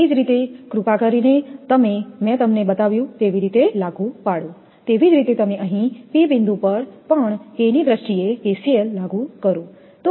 એ જ રીતે કૃપા કરીને તમે મેં તમને બતાવ્યું તે રીતે લાગુ પાડો તેવી જ રીતે તમે અહીં P બિંદુ પર પણ K ની દ્રષ્ટિએ KCL લાગુ કરો